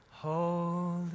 Holy